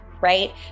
right